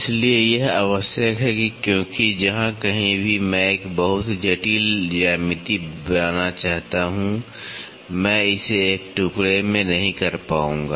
इसलिए यह आवश्यक है क्योंकि जहां कहीं भी मैं एक बहुत ही जटिल ज्यामिति बनाना चाहता हूं मैं इसे एक टुकड़े में नहीं कर पाऊंगा